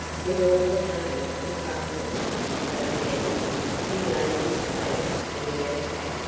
with all the cunning and craftiness of a general he laid his plans for the attack.